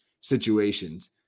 situations